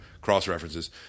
cross-references